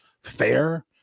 fair